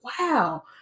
wow